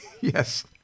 Yes